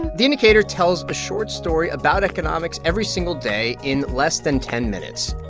the indicator tells a short story about economics every single day in less than ten minutes,